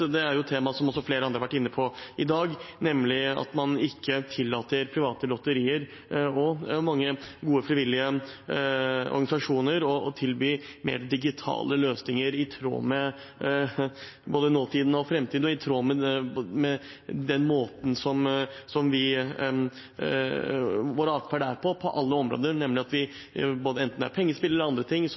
er et tema som også flere andre har vært inne på i dag, nemlig at man ikke tillater private lotterier og mange gode frivillige organisasjoner å tilby mer digitale løsninger i tråd med både nåtiden og framtiden, og i tråd med vår atferd på alle områder, nemlig at vi gjør mer og mer digitalt, enten det er pengespill eller annet. Det man da i praksis gjør, er